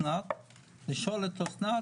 לשאול את אסנת,